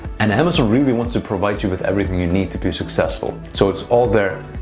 and amazon really want to provide you with everything you need to be successful so it's all there,